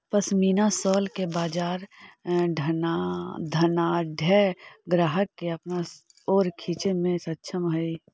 pashmina shawl के बाजार धनाढ्य ग्राहक के अपना ओर खींचे में सक्षम हई